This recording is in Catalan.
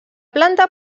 planta